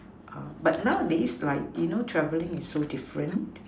err but nowadays like you know travelling is different